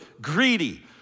greedy